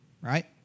Right